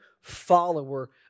follower